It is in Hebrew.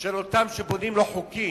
של אותם שבונים לא חוקי.